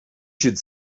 should